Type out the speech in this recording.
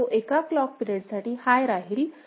आणि तो एका क्लॉक पिरिएड साठी हाय राहील